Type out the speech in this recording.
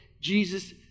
Jesus